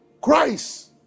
Christ